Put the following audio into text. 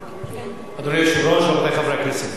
אדוני היושב-ראש, רבותי חברי הכנסת,